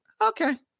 okay